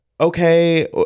okay